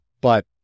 But-